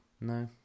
No